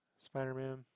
Spider-Man